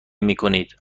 میکنید